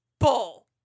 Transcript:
bull